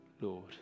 Lord